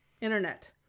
internet